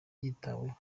yitaweho